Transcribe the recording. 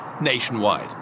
nationwide